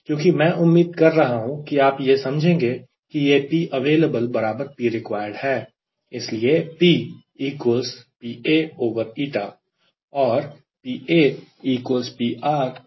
क्योंकि मैं उम्मीद कर रहा हूं कि आप यह समझेंगे कि यह P available बराबर power required है